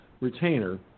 retainer